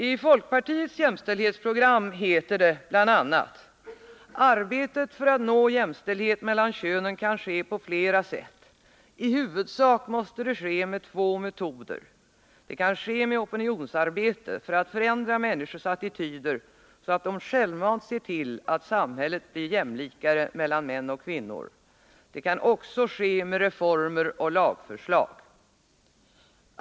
I folkpartiets jämställdhetsprogram heter det bl.a.: ”Arbetet för att nå jämställdhet mellan könen kan ske på flera sätt. I huvudsak måste det ske med två metoder. Det kan ske med opinionsarbete för att förändra människors attityder så att de självmant ser till att samhället blir jämlikare mellan män och kvinnor. Det kan också ske med reformer och lagförslag —-—.